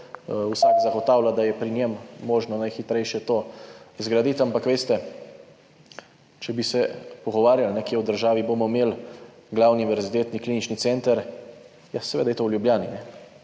Vsak zagotavlja, da je pri njem možno najhitrejše to zgraditi. Ampak veste, če bi se pogovarjali, kje v državi bomo imeli glavni univerzitetni klinični center, ja seveda je to v Ljubljani,